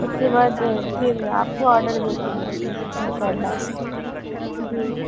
اس کے بعد پھر آپ کو آڈر دیتی ہوں میں انشاء اللہ جی